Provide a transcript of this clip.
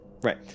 Right